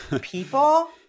people